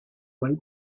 might